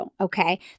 okay